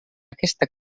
aquesta